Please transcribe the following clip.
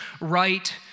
right